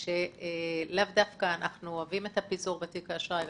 אנחנו אוהבים את הפיזור בתיק האשראי.